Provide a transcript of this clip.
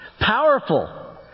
Powerful